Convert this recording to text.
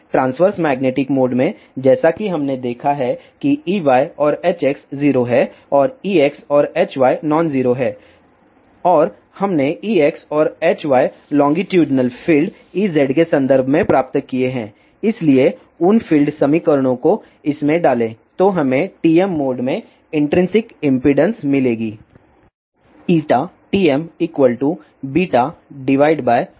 transverse magnetic mode में जैसा कि हमने देखा है कि Ey और Hx 0 हैं और Ex और Hy नॉन जीरो हैं और हमने Ex और Hy लोंगीटूडिनल फील्ड Ez के संदर्भ में प्राप्त किए हैं इसलिए उन फील्ड समीकरणों को इसमें डालें तो हमें TM मोड में इन्ट्रिंसिक इम्पीडेन्स मिलेगी TMωϵ